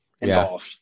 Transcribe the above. involved